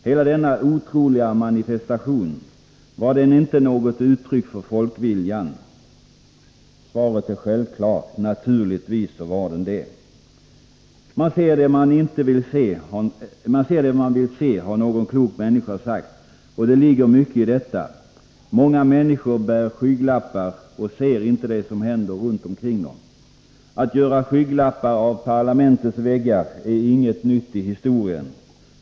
Hela denna otroliga manifestation, var den inte något uttryck för folkviljan? Svaret är självklart: Naturligtvis var den det! Man ser det man vill se har någon klok människa sagt, och det ligger mycket i detta. Många människor bär skygglappar och ser inte det som händer runt omkring dem. Att göra skygglappar av parlamentets väggar är inget nytt i historien.